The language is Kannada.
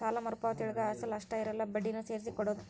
ಸಾಲ ಮರುಪಾವತಿಯೊಳಗ ಅಸಲ ಅಷ್ಟ ಇರಲ್ಲ ಬಡ್ಡಿನೂ ಸೇರ್ಸಿ ಕೊಡೋದ್